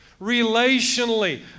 relationally